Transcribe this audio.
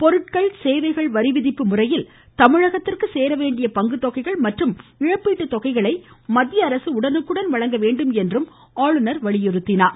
பொருட்கள் மற்றும் சேவைகள் வரிவிதிப்பு முறையில் தமிழகத்திற்கு சேரவேண்டிய பங்குத் தொகைகள் மற்றும் இழப்பீட்டுத் தொகைகளை மத்திய அரசு உடனுக்குடன் வழங்க வேண்டும் ஆளுநர் வலியுறுத்தினார்